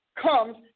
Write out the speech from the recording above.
comes